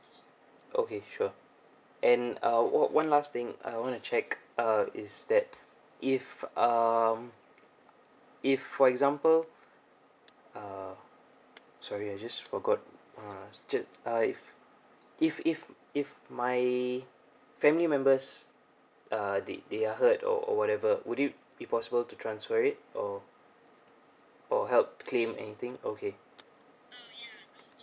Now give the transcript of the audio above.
okay sure and uh one one last thing I want to check uh is that if um if for example uh sorry I just forgot uh uh if if if if my family members uh they they are hurt or or whatever would it be possible to transfer it or for help claim anything okay